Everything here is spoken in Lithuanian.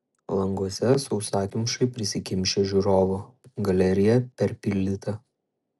languose sausakimšai prisikimšę žiūrovų galerija perpildyta